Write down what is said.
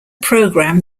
program